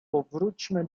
powróćmy